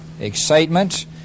excitement